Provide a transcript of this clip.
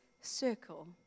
circle